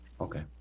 okay